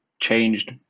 changed